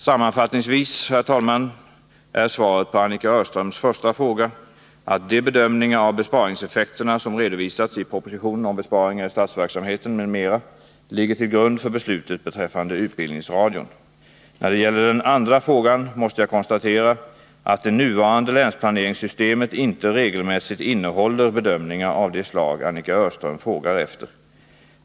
Sammanfattningsvis, herr talman, är svaret på Annika Öhrströms första fråga att de bedömningar av besparingseffekterna som redovisats i propositionen om besparingar i statsverksamheten m.m. ligger till grund för beslutet beträffande utbildningsradion. När det gäller den andra frågan måste jag konstatera att det nuvarande länsplaneringssystemet inte regelmässigt innehåller bedömningar av det slag Annika Öhrström frågar efter.